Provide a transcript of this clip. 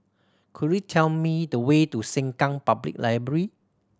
could you tell me the way to Sengkang Public Library